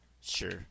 Sure